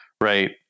right